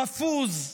חפוז,